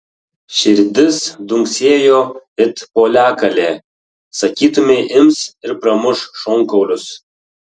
širdis dunksėjo it poliakalė sakytumei ims ir pramuš šonkaulius